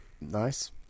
nice